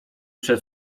przed